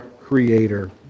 creator